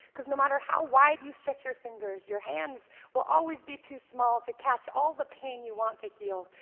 because no matter how wide you stretch your fingers, your hands will always be too small to catch all the pain you want to heal.